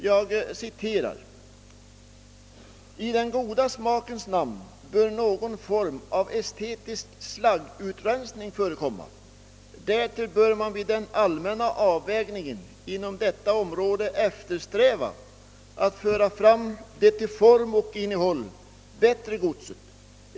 Det heter att »i den goda smakens namn bör någon form av estetisk slaggutrensning förekomma. Därtill bör man vid den allmänna avvägningen inom detta område eftersträva att föra fram det till form och innehåll bättre godset.